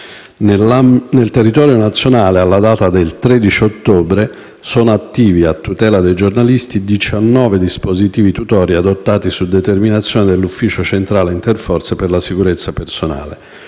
Nel territorio nazionale, alla data del 13 ottobre sono attivi, a tutela dei giornalisti, 19 dispositivi tutori adottati su determinazione dell'Ufficio centrale interforze per la sicurezza personale,